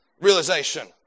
realization